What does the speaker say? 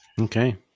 Okay